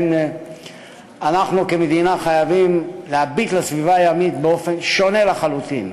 אנחנו כמדינה חייבים להביט על הסביבה הימית באופן שונה לחלוטין.